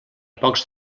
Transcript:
pocs